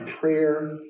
prayer